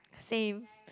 same